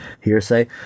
hearsay